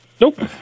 Nope